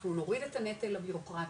אנחנו נוריד את הנטל הבירוקרטי,